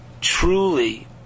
truly